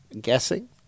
guessing